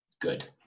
good